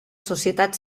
societat